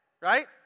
right